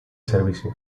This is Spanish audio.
servicio